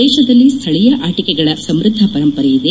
ದೇಶದಲ್ಲಿ ಸ್ಥಳೀಯ ಆಟಿಕೆಗಳ ಸಮೃದ್ದ ಪರಂಪರೆಯಿದೆ